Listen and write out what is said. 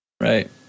Right